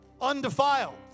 Undefiled